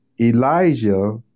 Elijah